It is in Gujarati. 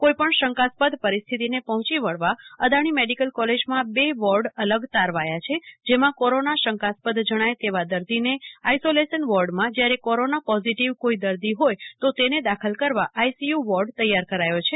કોઇપણ શંકાસ્પદ પરિસ્થિતિને પહોંચી વળવા અદાણી મેડિકલ કોલેજમાં બે વોર્ડ અલગતારવાયા છે જેમાં કોરોના શંકાસ્પદ જણાય તેવા દર્દીને આઇસોલેશન વોર્ડમાં શ્ર્યારેકોરોના પોઝિટિવ કોઇ દર્દી હોય તો તેને દાખલ કરવા આઇસીયુ વોર્ડ તૈયાર કરાયો છે